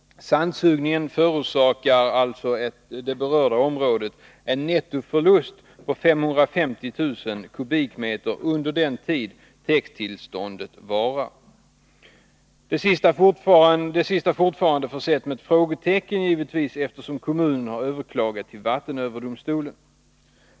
Sandsugningen förorsakar alltså det berörda området en nettoförlust på 550000 m? under den tid täkttillståndet varar. Det sistnämnda är fortfarande försett med ett frågetecken, eftersom kommunen har överklagat vattendomstolens dom till vattenöverdomstolen.